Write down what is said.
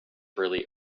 really